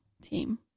team